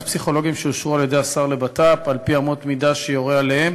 רק פסיכולוגים שאושרו על-ידי השר לבט"פ על-פי אמות מידה שיורה עליהן